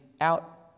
out